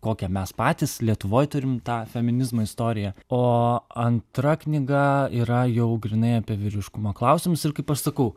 kokią mes patys lietuvoj turim tą feminizmo istoriją o antra knyga yra jau grynai apie vyriškumo klausimus ir kaip aš sakau